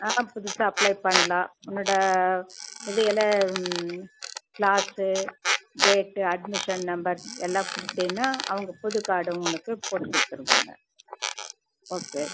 ஆ புதுசாக அப்ளை பண்ணலா உன்னோட இது என்ன கிளாஸு டேட்டு அட்மிஷன் நம்பர் எல்லாக் கொடுத்தின்னா அவங்க புது கார்டு உனக்கு போட்டுக் கொடுத்துருவாங்க ஓகே